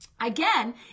Again